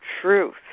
truth